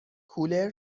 کولر